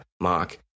Mark